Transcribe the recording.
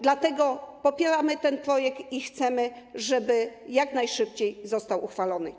Dlatego popieramy ten projekt i chcemy, żeby jak najszybciej został uchwalony.